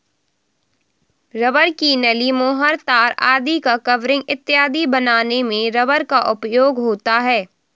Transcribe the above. rubber की नली, मुहर, तार आदि का कवरिंग इत्यादि बनाने में रबर का उपयोग होता है